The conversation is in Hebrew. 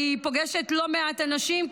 והיא פוגשת לא מעט אנשים,